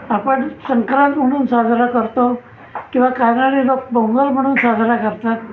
आपण संक्रांत म्हणून साजरा करतो किंवा कानडी लोक पोंगल म्हणून साजरा करतात